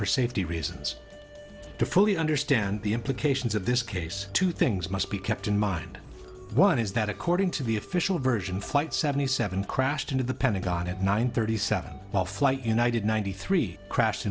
for safety reasons to fully understand the implications of this case two things must be kept in mind one is that according to the official version flight seventy seven crashed into the pentagon at nine thirty seven while flight united ninety three crashed